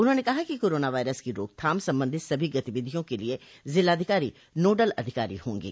उन्होंने कहा कि कोरोना वायरस की रोकथाम संबंधित सभी गतिविधियों के लिए जिलाधिकारी नोडल अधिकारी होंगे